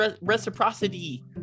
reciprocity